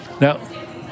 Now